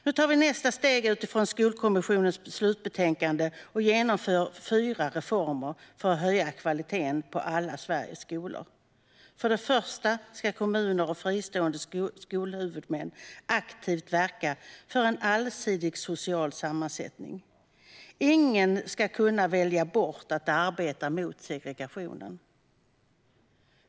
Nu tar vi nästa steg utifrån Skolkommissionens slutbetänkande och genomför fyra reformer för att höja kvaliteten på alla Sveriges skolor. För det första ska kommuner och fristående skolhuvudmän aktivt verka för en allsidig social sammansättning. Ingen ska kunna välja bort att arbeta mot segregationen.